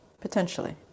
potentially